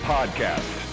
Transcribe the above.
Podcast